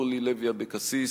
אורלי לוי אבקסיס